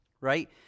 right